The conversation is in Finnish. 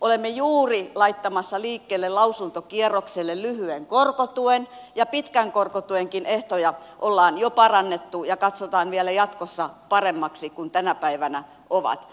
olemme juuri laittamassa liikkeelle lausuntokierrokselle lyhyen korkotuen ja pitkänkin korkotuen ehtoja ollaan jo parannettu ja katsotaan vielä jatkossa paremmaksi kuin tänä päivänä ovat